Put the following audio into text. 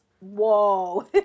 whoa